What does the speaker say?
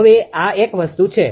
હવે આ એક વસ્તુ છે